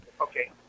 Okay